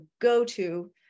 go-to